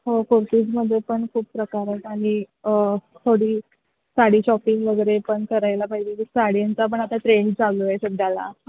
हो कुर्तीजमध्ये पण खूप प्रकार आहेत आणि थोडी साडी शॉपिंग वगैरे पण करायला पाहिजे साड्यांचा पण आता ट्रेंड चालू आहे सध्याला